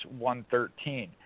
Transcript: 113